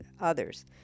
others